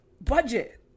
budget